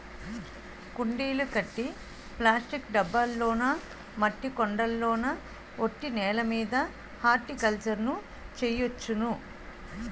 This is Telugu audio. కుండీలు కట్టి ప్లాస్టిక్ డబ్బాల్లోనా మట్టి కొండల్లోన ఒట్టి నేలమీద హార్టికల్చర్ ను చెయ్యొచ్చును